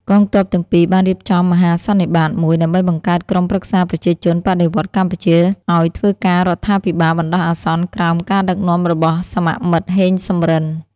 កងទ័ពទាំងពីរ បានរៀបចំមហាសន្និបាតមួយ ដើម្បីបង្កើតក្រុមប្រឹក្សាប្រជាជនបដិវត្តន៍កម្ពុជាឱ្យធ្វើជារដ្ឋាភិបាលបណ្តោះអាសន្នក្រោម ការដឹកនាំរបស់សមមិត្ត ហេង សំរិន។